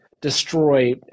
destroy